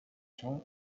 john